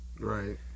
Right